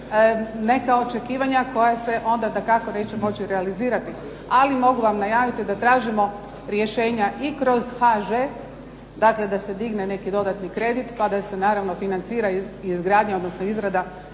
neka očekivanja koja se onda dakako neće moći realizirati. Ali mogu vam najaviti da tražimo rješenja i kroz HŽ, dakle da se digne neki dodatni kredit pa da se naravno financira izgradnja odnosno izrada